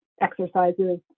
exercises